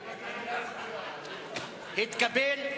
סעיף 08,